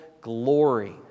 glory